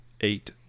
Eight